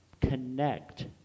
connect